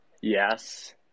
Yes